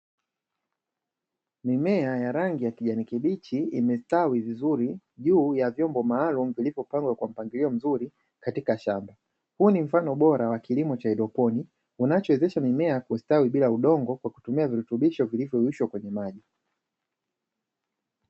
Mimea ya rangi ya kijani kibichi imestawi vizuri juu ya vyombo maalumu vilivyopangwa kwa mpangilio mzuri katika shamba, huu ni mfano bora wa kilimo cha haidroponi, unachowezesha mimea kustawi bila kutumia udongo kwa kutumia virutubisho vinavyoyeyushwa kwenye maji.